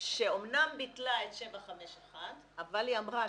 שאמנם ביטלה את 751 אבל היא אמרה,